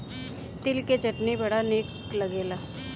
तिल के चटनी बड़ा निक लागेला